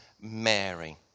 Mary